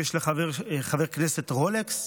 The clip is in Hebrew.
אם יש לחבר כנסת רולקס